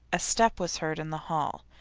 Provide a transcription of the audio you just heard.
a step was heard in the hall.